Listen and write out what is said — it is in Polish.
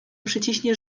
przyciśnie